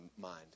mind